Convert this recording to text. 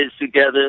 together